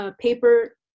paper